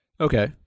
Okay